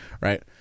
Right